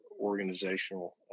organizational